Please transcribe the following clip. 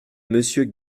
monsieur